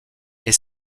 est